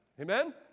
Amen